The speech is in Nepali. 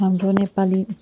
हाम्रो नेपाली